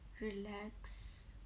relax